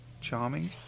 Charming